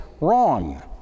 wrong